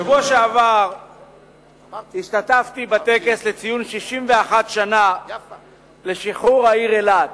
בשבוע שעבר השתתפתי בטקס לציון 61 שנה לשחרור העיר אילת.